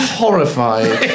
horrified